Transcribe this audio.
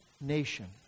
nation